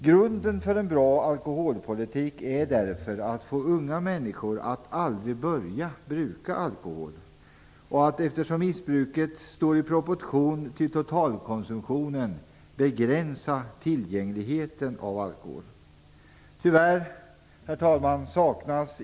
Grunden för en bra alkoholpolitik är därför att få unga människor att aldrig börja bruka alkohol och att begränsa alkoholens tillgänglighet; missbruket står nämligen i proportion till totalkonsumtionen.